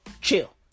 chill